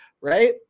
right